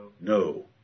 No